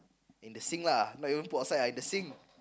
in the sink lah not even put outside ah in the sink